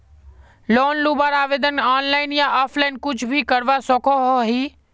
Loan लुबार आवेदन online या ऑफलाइन कुछ भी करवा सकोहो ही?